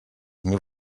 mil